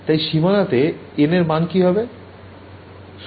তাই সীমানাতে n এর মান কি হবে